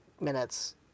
minutes